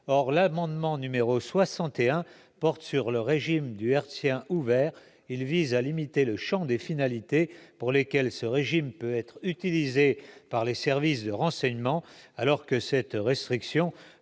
Or l'amendement n° 61 rectifié porte sur le régime du hertzien ouvert. Il vise à limiter le champ des finalités pour lesquelles ce régime peut être utilisé par les services de renseignement, alors que cette restriction